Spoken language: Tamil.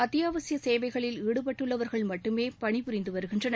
அத்தியாவசிய சேவைகளில் ஈடுபட்டுள்ளவர்கள் மட்டுமே பணிபுரிந்து வருகின்றனர்